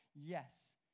Yes